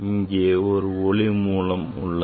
இங்கே ஒரு ஒளி மூலம் உள்ளது